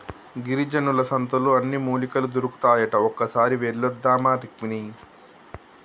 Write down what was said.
గిరిజనుల సంతలో అన్ని మూలికలు దొరుకుతాయట ఒక్కసారి వెళ్ళివద్దామా రుక్మిణి